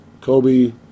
Kobe